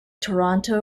toronto